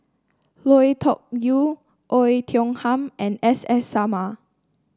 Lui Tuck Yew Oei Tiong Ham and S S Sarma